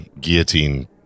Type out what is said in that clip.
guillotine